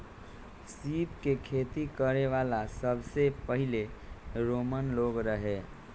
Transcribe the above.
सीप के खेती करे वाला सबसे पहिले रोमन लोग रहे